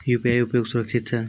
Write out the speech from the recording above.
UPI उपयोग सुरक्षित छै?